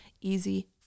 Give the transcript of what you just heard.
easy